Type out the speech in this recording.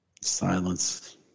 Silence